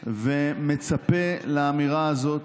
ומצפה לאמירה הזאת,